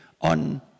on